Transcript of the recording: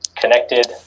connected